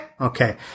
Okay